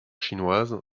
chinoise